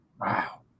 Wow